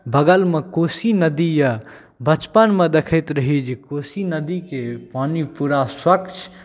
बगलमे कोशी नदी अइ बचपनमे देखैत रही जे कोशी नदीके पानी पूरा स्वच्छ